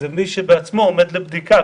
מי שבעצמו עומד לבדיקה,